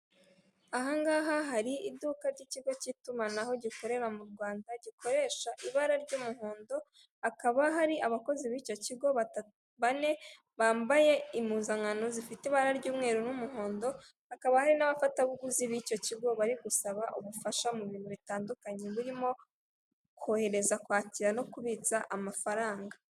Aha ngaha hari iduka ry'ikigo cy'itumanaho gikorera mu Rwanda gikoresha ibara ry'umuhondo, hakaba hari abakozi b'icyo kigo bane bambaye impuzankano zifite ibara ry'umweru n'umuhondo, hakaba hari n'abafatabuguzi b'icyo kigo bari gusaba ubufasha mu bintu bitandukanye, birimo kohereza, kwakira no kubitsa amafaranga.